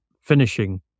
finishing